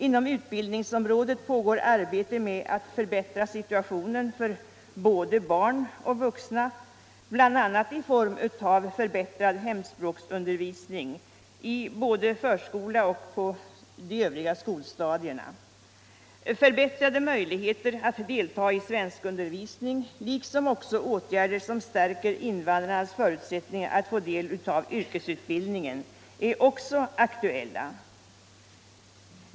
Inom utbildningsområdet pågår arbete med att förbättra situationen för både barn och vuxna, bl.a. i form av förbättrad hemspråksundervisning både i förskola och på övriga skolstadier. Förbättrade möjligheter att delta i svenskundervisning liksom åtgärder som stärker invandrarnas förutsättningar att få del av yrkesutbildningen är också aktuella.